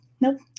Nope